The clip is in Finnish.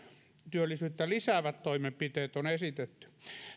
työllisyyttä lisäävät toimenpiteet on esitetty